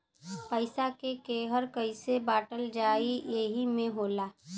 पइसा के केहर कइसे बाँटल जाइ एही मे होला